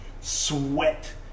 sweat